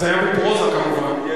זה היה בפרוזה כמובן.